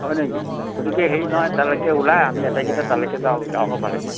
হয় নেকি গতিকে হেৰি নহয় তালৈকে ওলাই আহ আমি আটাইকেইটা তালৈকে যাওঁ গাঁও সভালৈকে